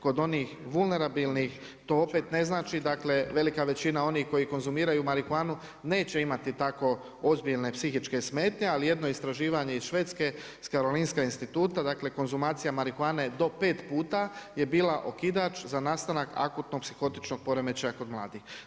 Kod onih vulerabilnih to opet ne znači dakle, velika većina onih koji konzumiraju marihuanu neće imati tako ozbiljne psihičke smetnje ali jedno istraživanje iz Švedske … instituta dakle, konzumacija marihuane do pet puta je bila okidač za nastanak akutnog psihotičnog poremećaja kod mladih.